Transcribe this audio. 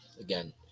Again